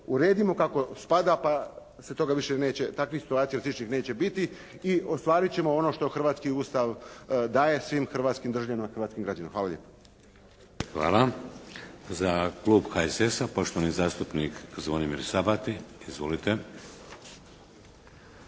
Uredimo kako spada pa se toga više neće, takvih situacija sličnih neće biti i ostvariti ćemo ono što hrvatski Ustav daje svim hrvatskim državljanima i hrvatskim građanima. Hvala lijepo. **Šeks, Vladimir (HDZ)** Hvala. Za klub HSS-a, poštovani zastupnik Zvonimir Sabati. Izvolite.